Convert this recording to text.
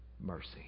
mercy